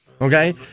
okay